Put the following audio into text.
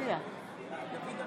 בבקשה.